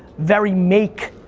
very make,